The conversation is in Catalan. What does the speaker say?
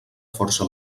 força